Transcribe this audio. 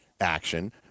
action